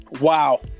Wow